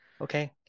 Okay